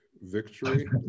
victory